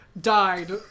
died